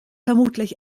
vermutlich